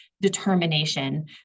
determination